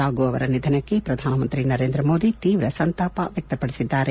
ಲಾಗೂ ಅವರ ನಿಧನಕ್ಕೆ ಪ್ರಧಾನಮಂತ್ರಿ ನರೇಂದ್ರ ಮೋದಿ ಅವರು ತೀವ್ರ ಸಂತಾಪ ವ್ಯಕ್ತಪಡಿಸಿದ್ದಾರೆ